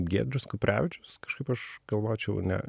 giedrius kuprevičius kažkaip aš galvočiau ne